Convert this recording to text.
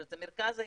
שזה המרכז הארגוני,